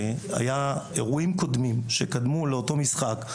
אירועים קודמים שקדמו לאותו משחק,